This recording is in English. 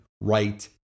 right